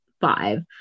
five